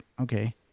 okay